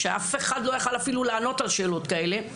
שאף אחד לא יכול היה לענות על שאלות כאלה,